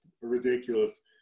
ridiculous